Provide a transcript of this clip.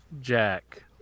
Jack